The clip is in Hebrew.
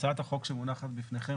הצעת החוק שמונחת בפניכם,